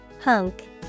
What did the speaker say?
hunk